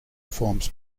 forms